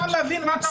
אתה מבין מה אתה עושה?